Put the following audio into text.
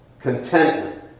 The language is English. contentment